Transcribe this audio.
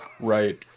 Right